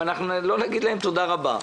אם לא נגיד להם תודה רבה,